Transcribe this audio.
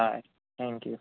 સારું thank you